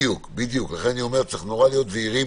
זהירים